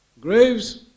graves